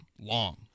long